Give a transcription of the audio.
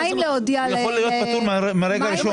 הוא יכול להיות פטור מהרגע הראשון.